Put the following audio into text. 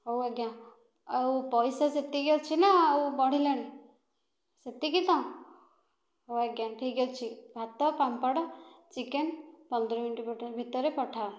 ହେଉ ଆଜ୍ଞା ଆଉ ପଇସା ସେତିକି ଅଛି ନା ଆଉ ବଢ଼ିଲାଣି ସେତିକି ତ ହେଉ ଆଜ୍ଞା ଠିକ ଅଛି ଭାତ ପାମ୍ପଡ଼ ଚିକେନ ପନ୍ଦର ମିନିଟ ଭିତରେ ପଠାଅ